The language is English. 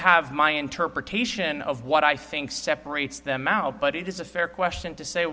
have my interpretation of what i think separates them out but it is a fair question to say